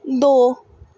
ਦੋ